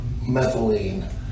methylene